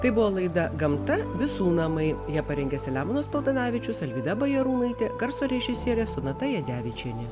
tai buvo laida gamta visų namai ją parengė selemonas paltanavičius alvyda bajarūnaitė garso režisierė sonata jadevičienė